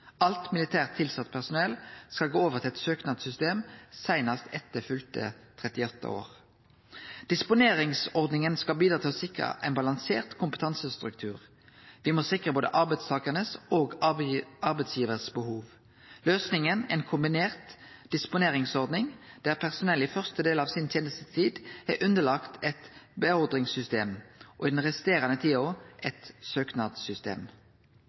Alt militært tilsett personell skal gå over til eit søknadssystem seinast etter fylte 38 år. Disponeringsordninga skal bidra til å sikre ein balansert kompetansestruktur. Me må sikre behova til både arbeidstakarane og arbeidsgivarane. Løysinga er ei kombinert disponeringsordning, der personellet i første del av tenestetida si er underlagt eit beordringssystem og i den resterande tida eit søknadssystem.